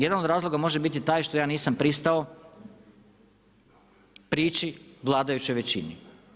Jedan od razloga može biti što ja nisam pristao priči vladajućoj većini.